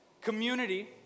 community